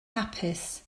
hapus